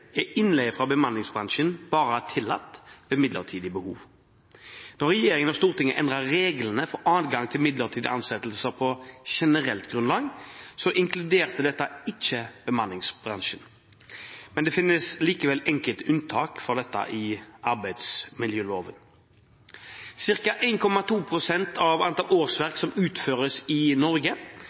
er innleie fra bemanningsbransjen bare tillatt ved midlertidige behov. Da regjeringen og Stortinget endret reglene for adgang til midlertidige ansettelser på generelt grunnlag, inkluderte dette ikke bemanningsbransjen, men det finnes likevel enkelte unntak for dette i arbeidsmiljøloven. Cirka 1,2 pst. av antall årsverk som utføres i Norge,